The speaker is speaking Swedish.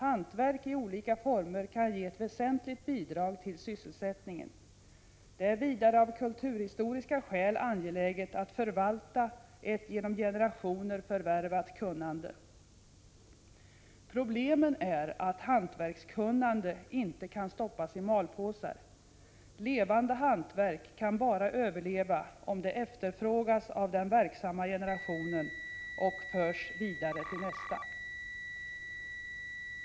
Hantverk i olika former kan ge ett väsentligt bidrag till sysselsättningen. Det är vidare av kulturhistoriska skäl angeläget att vi förvaltar ett genom generationer förvärvat kunnande. Problemet är att hantverkskunnande inte kan stoppas i ”malpåsar”. Levande hantverk kan bara överleva om det efterfrågas av den verksamma generationen och förs vidare till nästa.